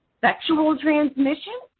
sexual transmission.